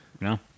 No